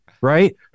right